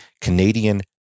Canadian